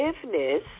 forgiveness